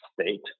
state